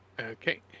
Okay